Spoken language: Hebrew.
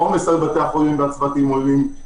העומס על בתי החולים והצוותים עולים,